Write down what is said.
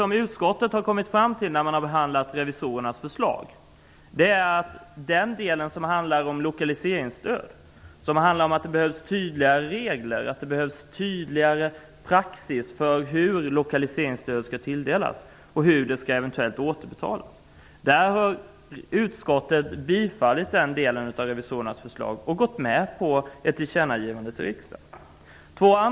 I den del av Riksdagens revisorers förslag som handlar om lokaliseringsstöd och i den del där revisorerna skriver att det behövs tydligare regler och praxis för hur lokaliseringsstöd skall tilldelas och eventuellt återbetalas har utskottet tillstyrkt revisorernas förslag och gått med på ett tillkännagivande till regeringen.